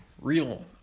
real